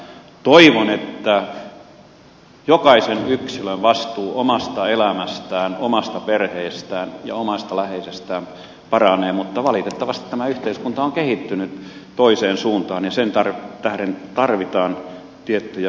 toivon että jokaisen yksilön vastuu omasta elämästään omasta perheestään ja omasta läheisestään paranee mutta valitettavasti tämä yhteiskunta on kehittynyt toiseen suuntaan ja sen tähden tarvitaan tiettyjä perälautoja